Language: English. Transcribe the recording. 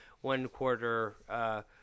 one-quarter